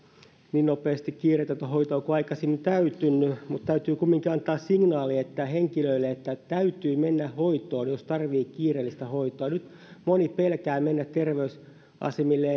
niin nopeasti kiireetöntä hoitoa kuin aikaisemmin on täytynyt mutta täytyy kumminkin antaa signaali henkilöille että täytyy mennä hoitoon jos tarvitsee kiireellistä hoitoa nyt moni pelkää mennä terveysasemille